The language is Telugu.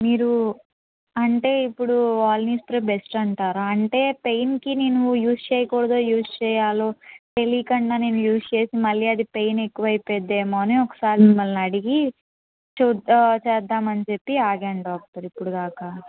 మీరు అంటే ఇప్పుడు వోలినీ స్ప్రే బెస్ట్ అంటారా అంటే పెయిన్కి నేను యూజ్ చేయకూడదో యూజ్ చేయాలో తెలియకుండా నేను యూజ్ చేసి మళ్ళీ అది పెయిన్ ఎక్కువైపోయిద్దేమో అని ఒకసారి మిమ్మల్ని అడిగి చూద్దా చేద్దాం అని చెప్పి ఆగాను డాక్టర్ ఇప్పటి దాకా